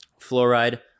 fluoride